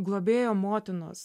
globėjo motinos